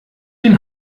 den